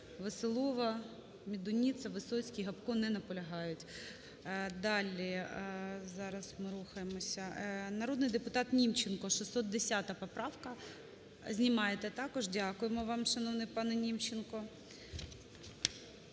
Веселова, Медуниця, Гопко, не наполягають. Далі зараз ми рухаємося. Народний депутат Німченко, 610 поправка. Знімаєте. Також дякуємо вам, шановний пане Німченко.